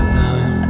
time